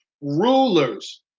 rulers